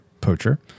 poacher